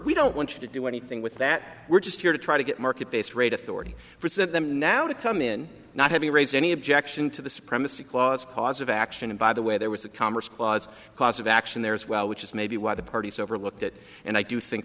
we don't want you to do anything with that we're just here to try to get market based rate authority for said them now to come in not having raised any objection to the supremacy clause cause of action and by the way there was a commerce clause cause of action there as well which is maybe why the parties overlooked it and i do think